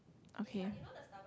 okay